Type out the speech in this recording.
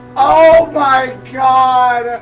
oh my god.